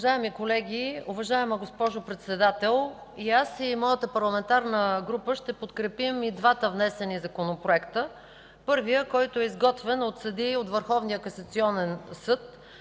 Уважаеми колеги, уважаема госпожо Председател! И аз, и моята парламентарна група ще подкрепим и двата внесени законопроекта – първият, който е изготвен от съдии от Върховния касационен съд